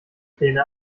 pläne